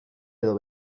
edo